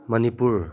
Manipur